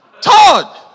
Todd